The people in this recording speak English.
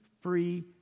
free